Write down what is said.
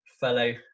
fellow